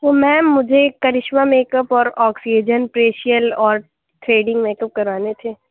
وہ میم مجھے Karishma makeup اور آکسیجن فیشیل اور تھریڈنگ میک اپ کرانے تھے